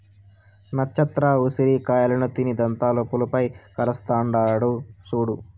నచ్చత్ర ఉసిరి కాయలను తిని దంతాలు పులుపై కరస్తాండాడు సూడు